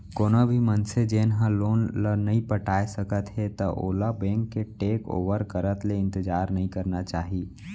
कोनो भी मनसे जेन ह लोन ल नइ पटाए सकत हे त ओला बेंक के टेक ओवर करत ले इंतजार नइ करना चाही